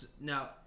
now